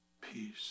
peace